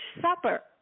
supper